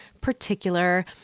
particular